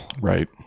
Right